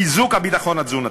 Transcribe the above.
חיזוק הביטחון התזונתי.